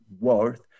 worth